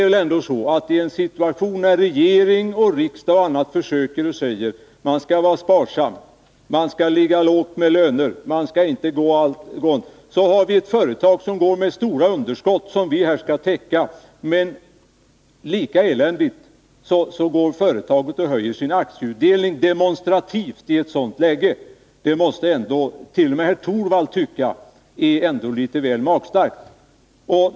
Vi har en situation när regering, riksdag och andra säger att man skall vara sparsam, man skall ligga lågt med löner osv. Att ett företag, som går med stora underskott som vi här skall täcka, i ett sådant läge demonstrativt höjer sin aktieutdelning, måste ändå t.o.m. herr Torwald finna väl magstarkt.